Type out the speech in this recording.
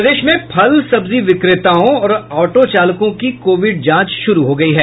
प्रदेश में फल सब्जी बिक्रेताओं और ऑटो चालकों की कोविड जांच शूरू हो गयी है